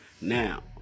Now